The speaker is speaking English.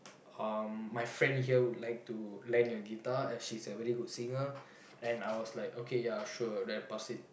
uh my friend here would like to lend your guitar and she's a very good singer and I was like okay ya sure then I pass it